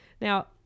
Now